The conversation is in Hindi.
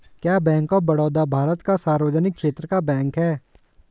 क्या बैंक ऑफ़ बड़ौदा भारत का सार्वजनिक क्षेत्र का बैंक है?